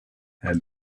had